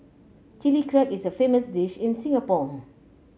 Chilli Crab is a famous dish in Singapore